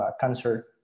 cancer